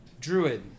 Druid